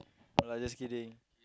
no lah just kidding